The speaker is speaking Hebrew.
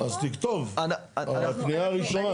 אז תכתוב, הפנייה הראשונה.